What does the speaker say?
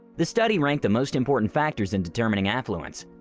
the study ranked the most important factors in determining affluence.